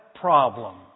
problem